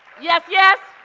yes, yes?